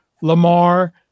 Lamar